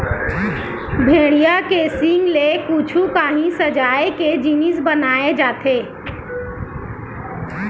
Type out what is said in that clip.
भेड़िया के सींग ले कुछु काही सजाए के जिनिस बनाए जाथे